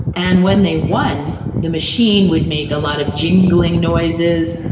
and when they won, the machine would make a lot of jingling noises,